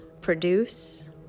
produce